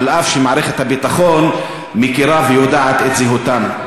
אף שמערכת הביטחון מכירה ויודעת את זהותם.